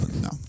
no